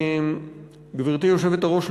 גברתי היושבת-ראש,